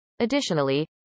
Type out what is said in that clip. Additionally